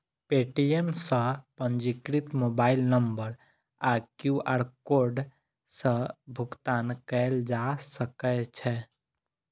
Paytm सं पंजीकृत mobile number आ क्यू.आर कोड सं भुगतान कैल जा सकै छै